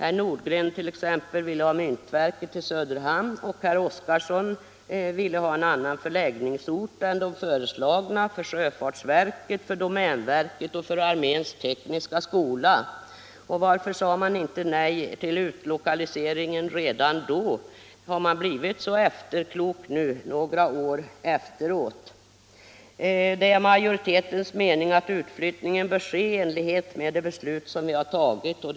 T. ex. herr Nordgren ville ha myntverket till Söderhamn, och herr Oskarson ville ha en annan förläggningsort än de föreslagna för sjöfartsverket, domänverket och arméns tekniska skola. Varför sade man inte nej till utlokaliseringen redan då? Har man blivit så efterklok nu några år efteråt? Utskottsmajoritetens mening är att utflyttningen bör ske i enlighet med beslut som tidigare har fattats.